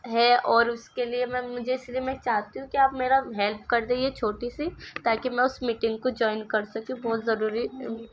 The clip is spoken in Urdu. ہے اور اس کے لیے میں مجھے اس لیے میں چاہتی ہوں کہ آپ میرا ہیلپ کر دیں یہ چھوٹی سی تاکہ میں اس میٹنگ کو جوائن کر سکوں بہت ضروری